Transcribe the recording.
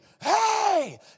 hey